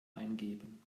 eingeben